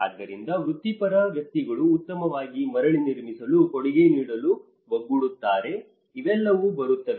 ಆದ್ದರಿಂದ ವೃತ್ತಿಪರ ವ್ಯಕ್ತಿಗಳು ಉತ್ತಮವಾಗಿ ಮರಳಿ ನಿರ್ಮಿಸಲು ಕೊಡುಗೆ ನೀಡಲು ಒಗ್ಗೂಡುತ್ತಾರೆ ಇವೆಲ್ಲವೂ ಬರುತ್ತವೆ